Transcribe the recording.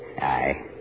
Aye